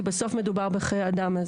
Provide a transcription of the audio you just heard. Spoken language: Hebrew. כי בסוף מדובר בחיי אדם.